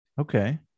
Okay